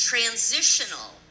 transitional